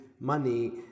money